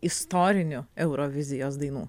istorinių eurovizijos dainų